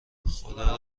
خدا